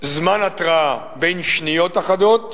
זמן התרעה בין שניות אחדות